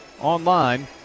online